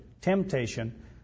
temptation